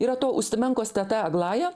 yra to ustimenkos teta aglaja